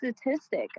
statistic